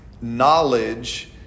knowledge